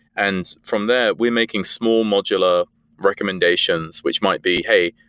and from there, we're making small modular recommendations which might be, hey,